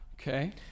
Okay